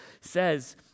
says